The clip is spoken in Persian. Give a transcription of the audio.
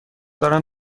دارم